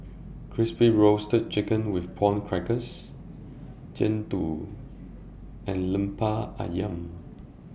Crispy Roasted Chicken with Prawn Crackers Jian Dui and Lemper Ayam